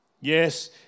Yes